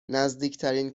نزدیکترین